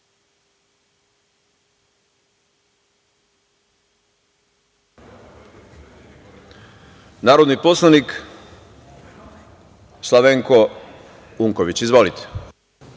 Narodni poslanik, Slavenko Unković. Izvolite.